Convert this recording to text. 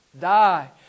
die